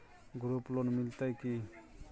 Group loan मिलतै की?